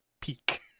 peak